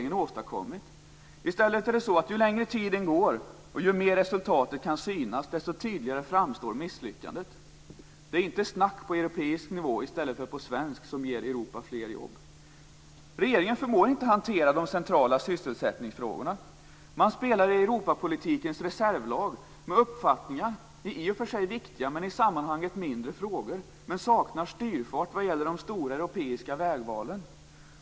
I stället framstår misslyckandet allt tydligare ju längre tid som går och ju mer resultatet kan synas. Det är inte snack på europeisk nivå i stället för på svensk nivå som ger Europa fler jobb. Regeringen förmår inte hantera de centrala sysselsättningsfrågorna. Man spelar i Europapolitikens reservlag med uppfattningar om i och för sig viktiga men i sammanhanget mindre frågor och saknar styrfart vad gäller de stora europeiska vägvalen.